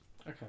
Okay